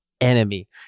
enemy